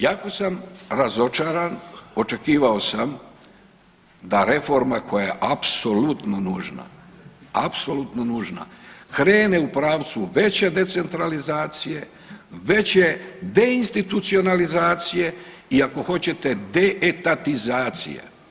Jako sam razočaran, očekivao sam da reforma koja je apsolutno nužna, apsolutno nužna, krene u pravcu veće decentralizacije, veće deinstitucionalizacije i ako hoćete, deetatizacije.